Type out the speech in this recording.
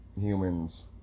humans